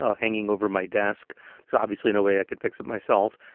ah hanging over my desk so obviously no way i could fix it myself.